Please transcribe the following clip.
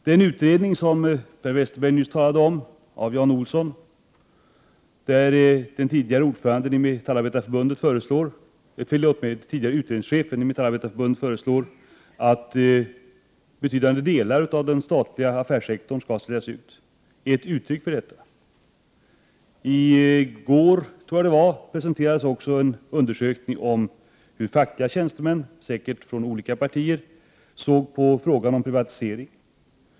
Ett uttryck för detta är att det i den utredning som Per Westerberg nyss talade om, som har gjorts av Jan Olsson, tidigare utredningschef på Metallindustriarbetareförbundet, föreslås att betydande delar av den statliga affärssektorn skall säljas ut. I går presenterades också en undersökning av hur fackliga tjänstemän, säkert från olika partier, såg på frågan om privatisering.